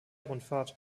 rundfahrt